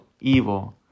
evil